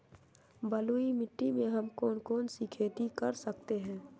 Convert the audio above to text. बलुई मिट्टी में हम कौन कौन सी खेती कर सकते हैँ?